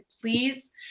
please